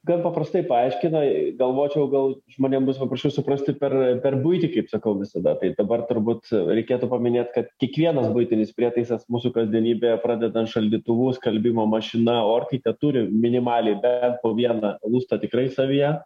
gan paprastai paaiškina galvočiau gal žmonėm bus paprasčiau suprasti per per buitį kaip sakau visada tai dabar turbūt reikėtų paminėt kad kiekvienas buitinis prietaisas mūsų kasdienybėje pradedant šaldytuvu skalbimo mašina orkaitė turi minimaliai bent vieną lustą tikrai savyje